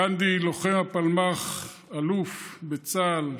גנדי, לוחם הפלמ"ח, אלוף בצה"ל,